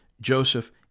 Joseph